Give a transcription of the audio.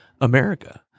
America